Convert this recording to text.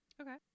Okay